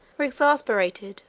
were exasperated,